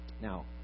Now